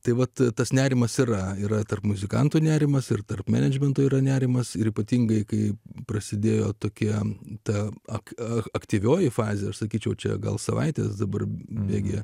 tai vat tas nerimas yra yra tarp muzikantų nerimas ir tarp menedžmento yra nerimas ir ypatingai kai prasidėjo tokia ta aktyvioji fazė sakyčiau čia gal savaites dabar betgi